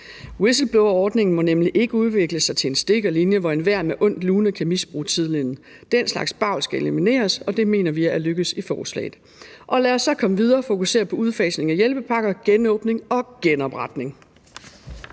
Whistleblowerordningen må nemlig ikke udvikle sig til en stikkerlinje, hvor enhver med ondt lune kan misbruge tilliden. Den slags bavl skal elimineres, og det mener vi er lykkedes i forslaget. Lad os så komme videre og fokusere på udfasning af hjælpepakker, genåbning og genopretning.